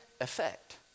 effect